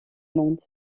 monde